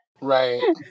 right